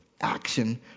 action